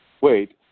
wait